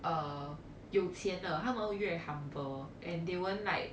uh 有钱的他们越 humble and they won't like